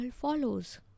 follows